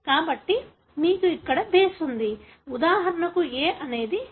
కాబట్టి మీకు ఇక్కడ బేస్ ఉంది ఉదాహరణకు A అనేది T